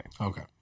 Okay